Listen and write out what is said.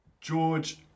George